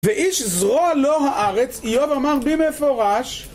ואיש זרוע לא הארץ, איוב אמר במפורש